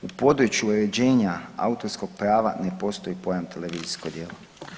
U području uređenja autorskog prava ne postoji pojam televizijsko djelo.